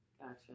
Gotcha